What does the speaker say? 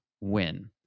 win